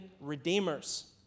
Redeemers